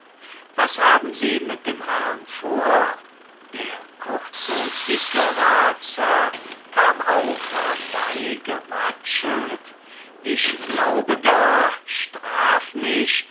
was haben sie mit dem herrn vor der kurze dicke ratsherr kann auch herbeigewatschelt ich glaube gar straf mich